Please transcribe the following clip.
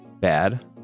bad